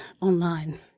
online